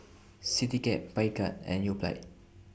Citycab Picard and Yoplait